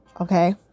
Okay